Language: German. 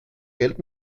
geld